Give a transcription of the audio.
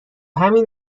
همین